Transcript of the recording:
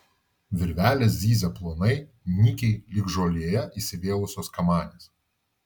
virvelės zyzia plonai nykiai lyg žolėje įsivėlusios kamanės